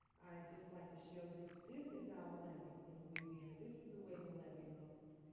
just like to show this. this is our levee in louisiana. this is the way the levee looks.